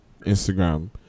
Instagram